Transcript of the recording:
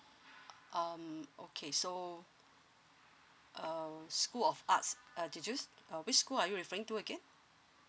um okay so uh school of arts uh did you uh which school are you referring to again